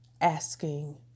Asking